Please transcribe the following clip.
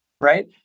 right